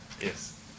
Yes